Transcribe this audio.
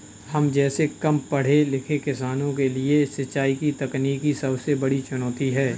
हम जैसै कम पढ़े लिखे किसानों के लिए सिंचाई की तकनीकी सबसे बड़ी चुनौती है